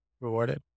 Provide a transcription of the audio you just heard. rewarded